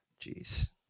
Jeez